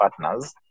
partners